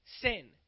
sin